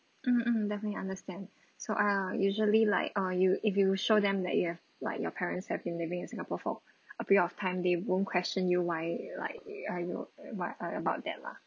mm mm definitely understand so err usually like err you if you show them that you've like your parents have been living in singapore for a period of time they won't question you why like uh you about about that lah